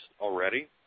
already